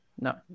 no